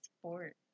sport